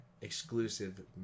exclusive